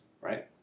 right